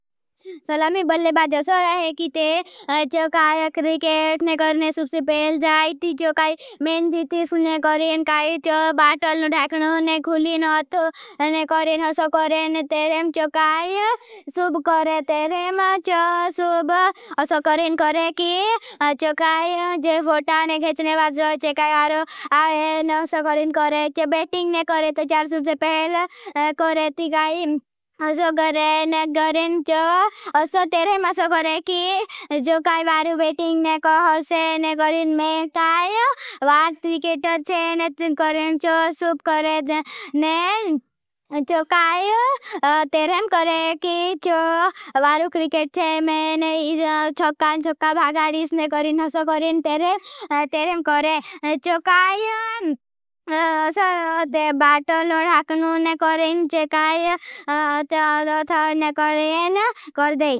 सलामी बल्ले बाज़ो स्वागत है। कि ते चोकाई क्रिकेट ने करने सुप से पहल जायती चोकाई में जितिस्क ने करें। काई चो बाटल नो ध्याकनो ने खुली नो अथो ने करें हसो करें। तेरें चोकाई सुप करें। तेरें चो सुब हसो करें करें। कि चोकाई जो फोटा ने खेचने बाद रहें। चो काई वारु क्रिकेट ने करें। तो चार सुप से पहल करें ती गाई हसो करें ने करें। चो असो तेरें हसो करें। कि जो काई वारु बेटिंग ने कर हो से ने करें। शो काई उहासान ते बातलोड अकनर ने करें चेकाई आधाने करें गर देई।